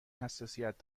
حساسیت